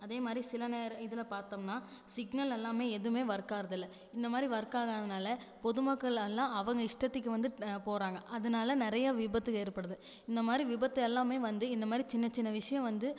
அதே மாதிரி சில நேரம் இதில் பார்த்தோம்னா சிக்னல் எல்லாமே எதுமே ஒர்க் ஆகறதில்லை இந்த மாதிரி ஒர்க் ஆகாதனால் பொது மக்களெல்லாம் அவங்க இஷ்டத்திக்கு வந்துட்டு போகிறாங்க அதனால நிறையா விபத்துகள் ஏற்படுது இந்த மாதிரி விபத்து எல்லாமே வந்து இந்த மாதிரி சின்ன சின்ன விஷயோம் வந்து